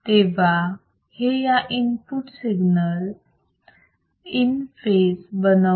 तेव्हा हे याला इनपुट सिग्नल इन फेज बनवते